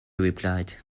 replied